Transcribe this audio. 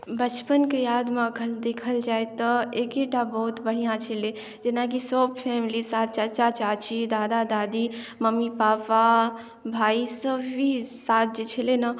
बचपनके यादमे अखन देखल जाइ तऽ एकैटा बहुत बढ़िआँ छलै जेना सब फैमिली साथ चाचा चाची दादा दादी मम्मी पापा भाय सब भी साथ जे छलै ने